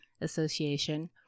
Association